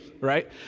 right